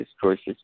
choices